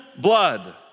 blood